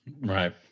Right